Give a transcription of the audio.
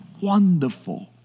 Wonderful